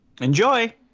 enjoy